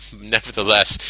nevertheless